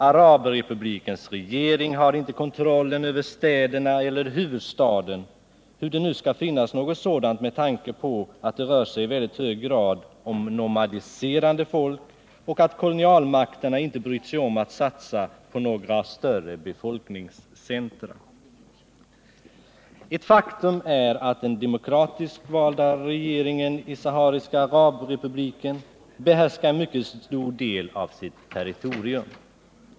Arabrepublikens regering har inte kontroll över städerna eller huvudstaden — hur det nu skulle finnas något sådant med tanke på att det rör sig om ett i hög grad nomadiserande folk och att kolonialmakterna inte har brytt sig om att satsa på några större befolkningscentra. Ett faktum är att den demokratiskt valda regeringen i Sahariska arabrepubliken behärskar en mycket stor del av sitt territorium.